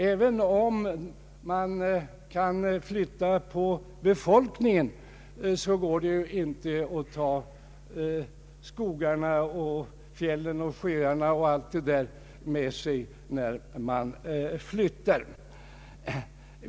även om man kan flytta på människorna kan man inte ta skogarna, fjällen och sjöarna med sig när de flyttar.